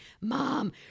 mom